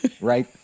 right